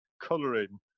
colouring